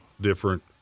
different